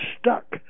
stuck